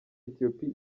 ethiopie